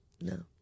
No